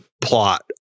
plot